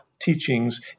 teachings